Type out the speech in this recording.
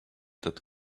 that